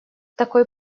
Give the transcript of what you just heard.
такой